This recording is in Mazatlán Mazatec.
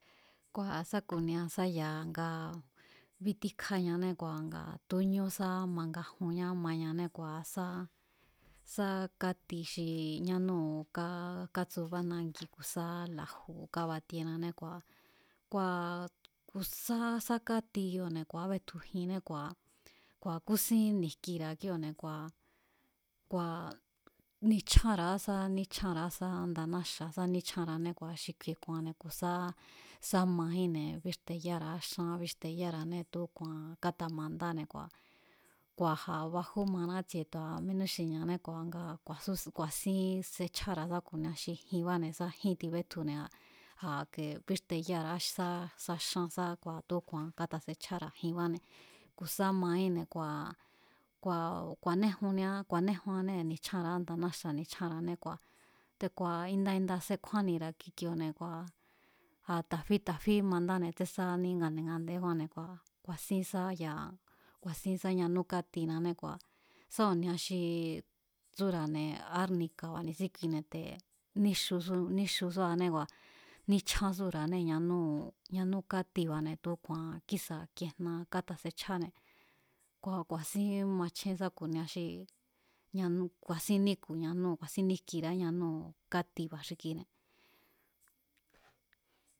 Kua̱ sá ku̱nia sá ya̱a nga bítíkjáñané kua̱ nga tu̱úñú sá mangajunñá mañanée̱ kua̱ sá, sá káti xi ñánúu̱ kátsubá nangi ku̱ sá la̱ju̱ kábatienané kua̱ ku̱ sá, sá káti kioo̱ne̱ ku̱ kábetju jinné kua̱, kua̱ kúsín ni̱jkira̱a kíóo̱ne̱ kua̱, kua̱ níchjánra̱á, níchjánra̱á sá nda náxa̱ sá níchjánra̱ané kua̱ xi kju̱i̱e̱ ku̱a̱nne̱ ku̱ sá sá majínne̱ bíxteyára̱a xán bíxteyára̱ané tu̱úku̱a̱n kátamandáne̱ kua̱, kua̱ a̱ bajú mana ítsie tu̱a mínú xi ña̱né kua̱ nga ku̱a̱súsín, ku̱a̱sin séchjára̱ sá ku̱nia xi jinbane̱ sá jín tibétjune̱ a̱ke bíxteyára̱á sá xán sá tu̱úku̱a̱an kátasechjara̱ jibáne̱ ku̱ sá majínne̱ kua̱, kua̱ ku̱a̱néjunnián ku̱a̱néjuannée̱ ni̱chjánra̱á nda náxa̱ ni̱chjanra̱ané kua̱, te̱ku̱a̱ inda inda sechjánira̱ kikioo̱ne̱ kua̱ ta̱fí ta̱fí mandáne̱ tsén sá ní ngande̱ ngande̱ kua̱ kua̱sín sá ya̱a ku̱a̱sín sá yanú kátinané kua̱ sá ku̱nia xi tsúra̱ne̱ árni̱ka̱ ni̱síkine̱ te̱ níxu, níxusúanée̱ kua̱, níchjánsúra̱ane ñanuu̱ ñanú katiba̱ne̱ tu̱úku̱a̱an kísa̱ kijna kátasechjáne̱. Kua̱ ku̱a̱sín machjen sá ku̱nia xi ñanú ku̱a̱sín níku̱ ñanúu̱ ku̱a̱sín níjkira̱a ñanúu̱ katiba̱ xi kine̱.